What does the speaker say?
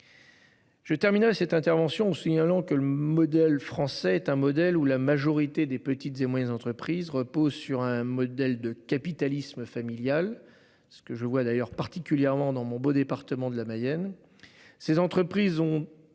Je terminale cette intervention, signalons que le modèle français est un modèle où la majorité des petites et moyennes entreprises repose sur un modèle de capitalisme familial. Ce que je vois d'ailleurs particulièrement dans mon beau département de la Mayenne.